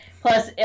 Plus